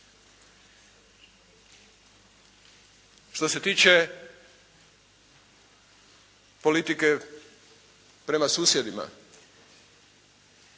Što se tiče politike prema susjedima